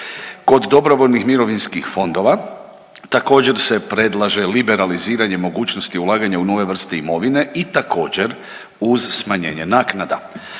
Kod dobrovoljnih mirovinskih fondova također se predlaže liberaliziranje mogućnosti ulaganja u nove vrste imovine i također uz smanjenje naknada.